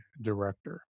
director